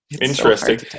interesting